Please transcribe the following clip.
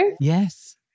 Yes